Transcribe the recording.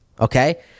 Okay